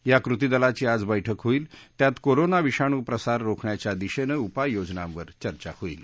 या कृतीदलाची आज बैठक होईल त्यात कोरोना विषाणूप्रसार रोखण्याच्या दिशेनं उपाययोजनांवर चर्चा होईल